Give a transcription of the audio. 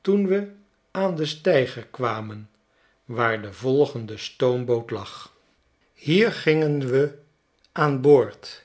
toen we aan den steiger kwamen waar de volgende stoomboot lag dickens schetsen uit amerika en tafereelen uit itaw schetsen uit amerika hier gingen we aan boord